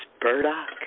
burdock